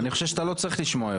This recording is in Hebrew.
אני חושב שאתה לא צריך לשמוע יותר.